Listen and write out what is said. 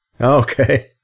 Okay